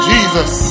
Jesus